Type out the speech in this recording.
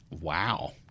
Wow